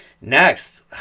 Next